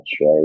right